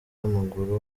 w’amaguru